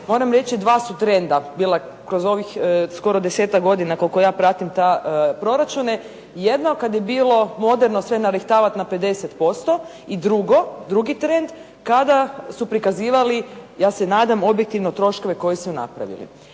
moram reći dva su trenda bila kroz ovih skoro 10-tak godina koliko ja pratim ta, proračune. Jedno kad je bilo moderno narihtavati na 50%. I drugo, drugi trend kada su prikazivali, ja se nadam objektivno troškove koje su napravili.